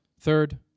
Third